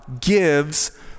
gives